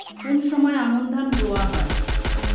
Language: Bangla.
কোন সময় আমন ধান রোয়া হয়?